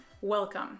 Welcome